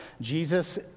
Jesus